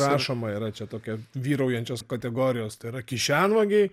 rašoma yra čia tokia vyraujančios kategorijos tai yra kišenvagiai